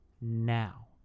now